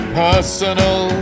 personal